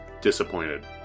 disappointed